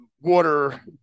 water